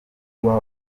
ukuba